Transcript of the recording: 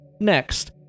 next